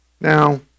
Now